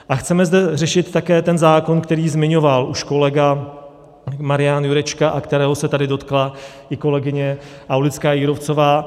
A chceme zde řešit také ten zákon, který zmiňoval už kolega Marian Jurečka a kterého se tady dotkla i kolegyně Aulická Jírovcová.